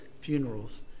funerals